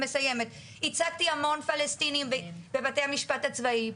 ייצגתי המון פלסטינים בבתי המשפט הצבאיים,